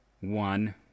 One